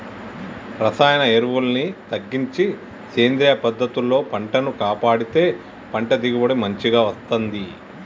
రసాయన ఎరువుల్ని తగ్గించి సేంద్రియ పద్ధతుల్లో పంటను కాపాడితే పంట దిగుబడి మంచిగ వస్తంది